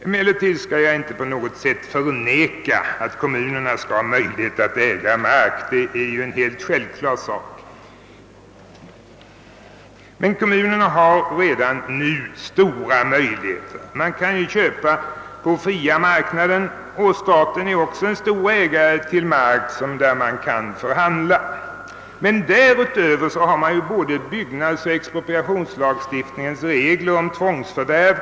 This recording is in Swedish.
Emellertid skall jag inte på något sätt förneka att kommunerna skall ha möjlighet att äga mark — det är en helt självklar sak. Men kommunerna har redan nu stora möjligheter. De kan köpa på fria marknaden och även staten äger mycket mark, som det är möjligt att förhandla om. Dessutom finns både byggnadsoch expropriationslagstiftningens regler om tvångsförvärv.